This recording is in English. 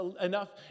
enough